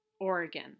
Oregon